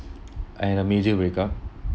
I had a medium break up